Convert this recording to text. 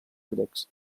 grecs